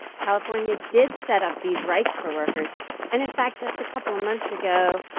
california did set up these rights for workers. and in fact just a couple of months ago,